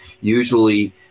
usually